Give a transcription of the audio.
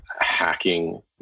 hacking